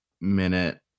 minute